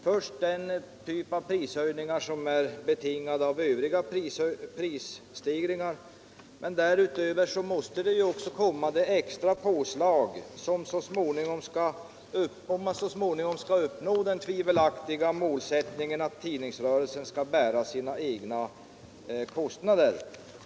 Det kommer att företas prishöjningar som är betingade av övriga prisstegringar, men därutöver måste det komma ett extra påslag, om man så småningom skall uppnå den tvivelaktiga målsättningen att tidningsrörelsen skall bära sina egna kostnader.